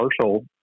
partial